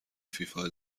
فیفا